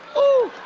oh,